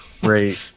great